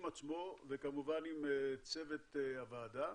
עם עצמו וכמובן עם צוות הוועדה